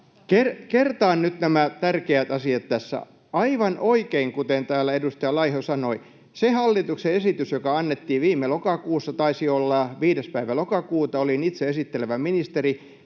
Kertaan nyt nämä tärkeät asiat tässä. Aivan oikein, kuten täällä edustaja Laiho sanoi, sen hallituksen esityksen, joka annettiin viime lokakuussa — taisi olla 5. päivä lokakuuta — ja jonka esittelevä ministeri